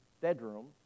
bedroom